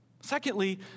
Secondly